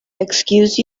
excuse